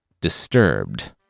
disturbed